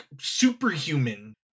superhuman